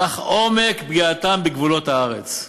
כך עומק פגיעתם בגבולות הארץ.